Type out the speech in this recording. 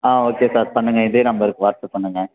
ஆ okay sir பண்ணுங்க இதே நம்பர்க்கு வாட்ஸ்அப் பண்ணுங்க